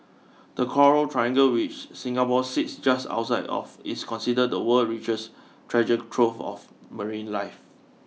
the coral triangle which Singapore sits just outside of is considered the world's richest treasure trove of marine life